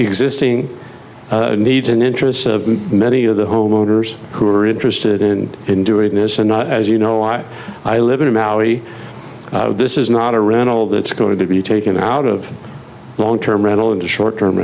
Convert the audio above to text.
existing needs and interests of many of the homeowners who are interested in in doing this and not as you know why i live in a maui this is not a rental that's going to be taken out of long term rental in the short term